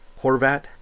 Horvat